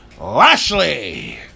Lashley